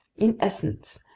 in essence,